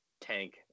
tank